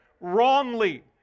wrongly